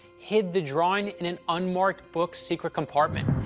hid the drawing in an unmarked book's secret compartment,